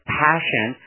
passion